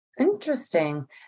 Interesting